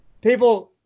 people